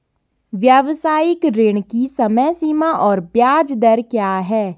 व्यावसायिक ऋण की समय सीमा और ब्याज दर क्या है?